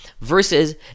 versus